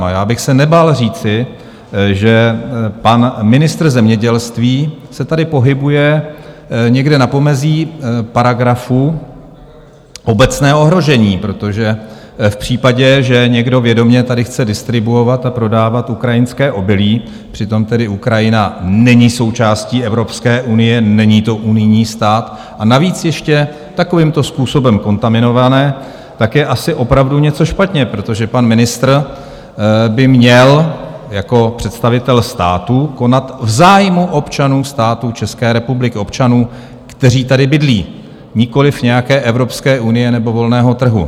A já bych se nebál říci, že pan ministr zemědělství se tady pohybuje někde na pomezí paragrafu obecného ohrožení, protože v případě, že někdo vědomě tady chce distribuovat a prodávat ukrajinské obilí přitom Ukrajina není součástí Evropské unie, není to unijní stát a navíc ještě takovýmto způsobem kontaminované, tak je asi opravdu něco špatně, protože pan ministr by měl jako představitel státu konat v zájmu občanů státu České republiky, občanů, kteří tady bydlí, nikoliv nějaké Evropské unie nebo volného trhu.